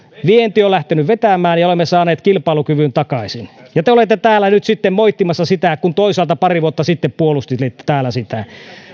vienti on lähtenyt vetämään ja olemme saaneet kilpailukyvyn takaisin ja te olette täällä nyt sitten moittimassa sitä kun toisaalta pari vuotta sitten puolustelitte täällä sitä